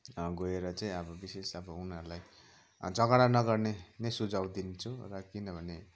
गोएर चाहिँ अब विशेष अब उनीहरूलाई झगडा नगर्ने नै सुझाउ दिन्छु र किनभने